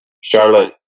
Charlotte